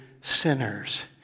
sinners